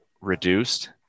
reduced